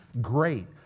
great